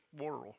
world